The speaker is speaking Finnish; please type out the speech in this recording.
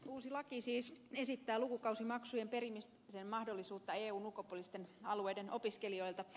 uusi laki siis esittää lukukausimaksujen perimisen mahdollisuutta eun ulkopuolisten alueiden opiskelijoilta